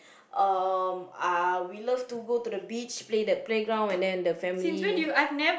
um uh we love to go the beach play the playground and then the family